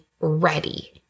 Ready